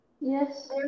Yes